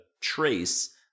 trace